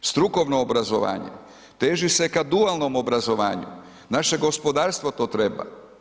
Strukovno obrazovanje, teži se k dualnom obrazovanju, naše gospodarstvo to treba.